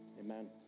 Amen